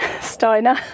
Steiner